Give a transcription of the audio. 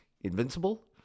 Invincible